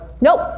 nope